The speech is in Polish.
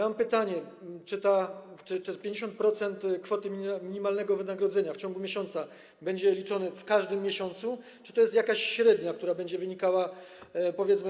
Mam pytanie: Czy 50% kwoty minimalnego wynagrodzenia w ciągu miesiąca będzie liczone w każdym miesiącu, czy to jest jakaś średnia, która będzie wynikała, powiedzmy.